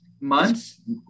months